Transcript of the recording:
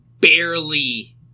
barely